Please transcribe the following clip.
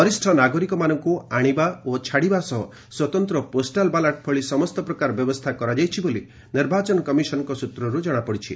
ବରିଷ୍ଣ ନାଗରିକମାନଙ୍କୁ ଆଣିବା ଓ ଛାଡ଼ିବା ସହ ସ୍ୱତନ୍ତ୍ର ପୋଷ୍ଟାଲ୍ ବାଲାଟ ଭଳି ସମସ୍ତ ପ୍ରକାର ବ୍ୟବସ୍ଥା କରାଯାଇଛି ବୋଲି ନିର୍ବାଚନ କମିଶନଙ୍କ ସୂତ୍ରରୁ ଜଣାପଡ଼ିଛି